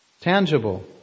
tangible